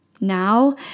now